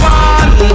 one